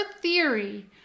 theory